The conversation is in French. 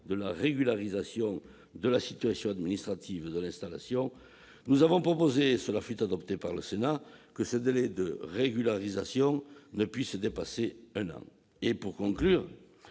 de la régularisation de la situation administrative de l'installation, nous avons proposé, et cela fut adopté par le Sénat, que ce délai de régularisation ne puisse dépasser un an. Pour conclure,